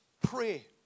pray